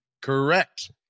Correct